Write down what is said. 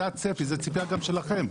זה הצפי וזו גם הציפייה שלכם.